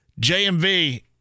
JMV